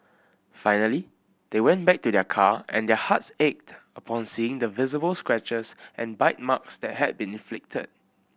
finally they went back to their car and their hearts ached upon seeing the visible scratches and bite marks that had been inflicted